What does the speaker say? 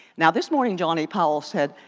now this morning, johnny powell said,